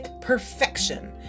perfection